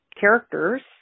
characters